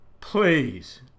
Please